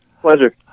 pleasure